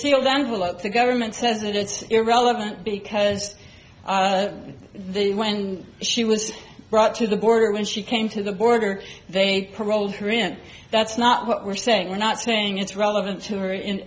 sealed envelope the government says that it's irrelevant because the when she was brought to the border when she came to the border they paroled her in that's not what we're saying we're not saying it's relevant to her in